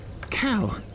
cow